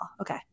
Okay